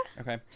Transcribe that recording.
okay